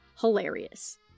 hilarious